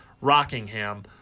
Rockingham